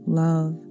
love